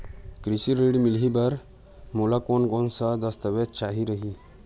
कृषि ऋण मिलही बर मोला कोन कोन स दस्तावेज चाही रही?